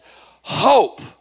hope